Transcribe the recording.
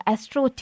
Astro